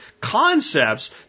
concepts